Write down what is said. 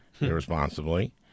irresponsibly